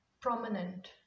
prominent